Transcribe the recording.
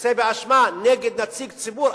יוצא באשמה נגד נציג ציבור,